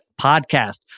podcast